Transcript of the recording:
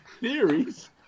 theories